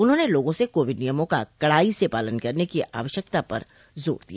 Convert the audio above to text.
उन्होंने लोगों से कोविड नियमों का कड़ाई से पालन करने की आवश्यकता पर जोर दिया